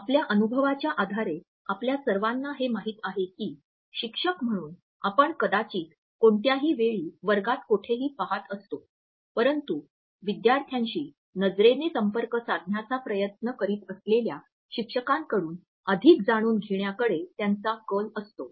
आपल्या अनुभवाच्या आधारे आपल्या सर्वांना हे माहित आहे की शिक्षक म्हणून आपण कदाचित कोणत्याही वेळी वर्गात कोठेही पहात असतो परंतु विद्यार्थ्यांशी नजरेने संपर्क साधण्याचा प्रयत्न करीत असलेल्या शिक्षकांकडून अधिक जाणून घेण्याकडे त्यांचा कल असतो